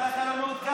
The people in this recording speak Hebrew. אבל אתה לא מעודכן.